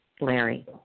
Larry